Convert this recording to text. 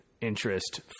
interest